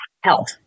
health